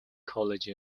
college